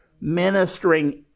ministering